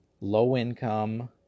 low-income